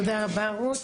תודה רבה, רות.